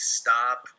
stop